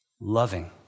loving